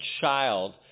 child